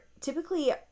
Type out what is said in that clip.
typically